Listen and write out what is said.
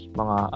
mga